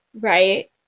Right